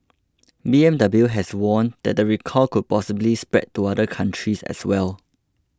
B M W has warned the recall could possibly spread to other countries as well